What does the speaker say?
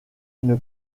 une